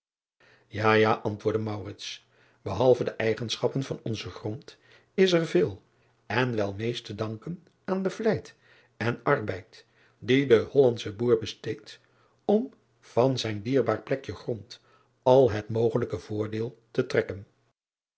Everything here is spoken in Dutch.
a ja antwoordde ehalve de eigenschappen van onzen grond is er veel en wel meest te danken aan de vlijt en erbeid die de ollandsche boer besteedt om var zijn dierbaar plekje grond al het mogelijke voordel te trekken